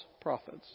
prophets